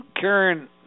Karen